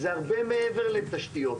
זה הרבה מעבר לתשתיות.